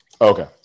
Okay